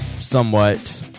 somewhat